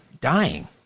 dying